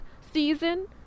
season